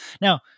Now